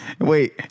Wait